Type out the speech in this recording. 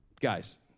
Guys